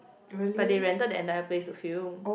but they rented the entire place for film